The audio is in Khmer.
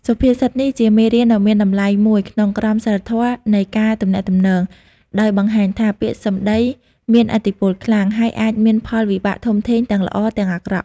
សុភាសិតនេះជាមេរៀនដ៏មានតម្លៃមួយក្នុងក្រមសីលធម៌នៃការទំនាក់ទំនង ដោយបង្ហាញថា ពាក្យសម្ដីមានឥទ្ធិពលខ្លាំង ហើយអាចមានផលវិបាកធំធេងទាំងល្អទាំងអាក្រក់។